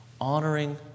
honoring